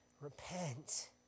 repent